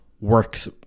works